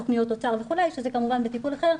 תכניות אוצר וכולי שזה כמובן בטיפול אחר,